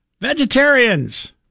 Vegetarians